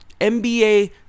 NBA